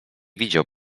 widział